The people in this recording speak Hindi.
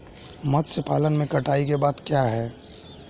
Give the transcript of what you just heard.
मत्स्य पालन में कटाई के बाद क्या है?